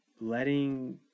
letting